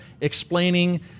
explaining